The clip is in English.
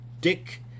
dick